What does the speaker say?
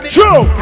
True